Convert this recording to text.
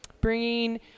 bringing